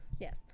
Yes